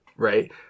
Right